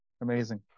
Amazing